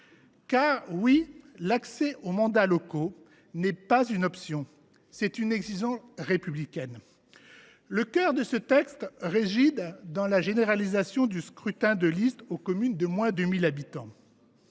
Car, oui, l’égal accès aux mandats locaux est non pas une option, mais une exigence républicaine. Le cœur de ce texte est la généralisation du scrutin de liste aux communes de moins de 1 000 habitants.